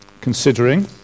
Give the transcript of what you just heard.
considering